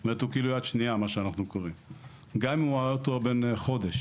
זאת אומרת הוא יד שנייה גם אם האוטו בן חודש